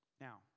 Now